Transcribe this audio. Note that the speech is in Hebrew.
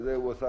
הוא חושב